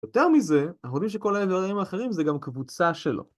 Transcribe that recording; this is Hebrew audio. יותר מזה, אנחנו יודעים שכל האיברים האחרים זה גם קבוצה שלו